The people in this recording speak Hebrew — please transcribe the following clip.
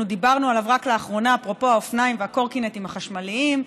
אנחנו דיברנו עליו רק לאחרונה אפרופו האופניים והקורקינטים החשמליים,